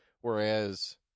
whereas